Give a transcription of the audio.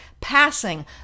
passing